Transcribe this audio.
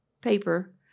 paper